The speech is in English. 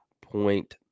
point